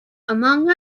among